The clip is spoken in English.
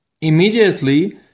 Immediately